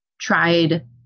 tried